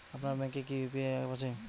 আপনার ব্যাঙ্ক এ তে কি ইউ.পি.আই অ্যাপ আছে?